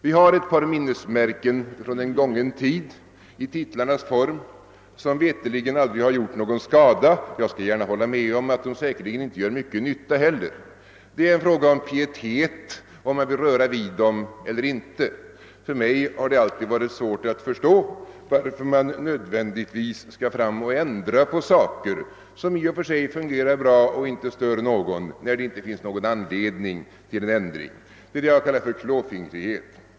Vi har ett par minnesmärken från en gången tid i titlarnas form som veterligen aldrig har gjort någon skada — jag skall gärna hålla med om att de säkerligen inte gör mycken nytta heller. Det är en fråga om pietet, om man vill röra vid dem eller inte. För mig har det alltid varit svårt att förstå, varför man nödvändigtvis skall ändra på saker som i och för sig fungerar bra och inte stör någon, när det inte finns nå gon anledning till en ändring. Det är vad jag kallar för klåfingrighet.